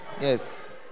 yes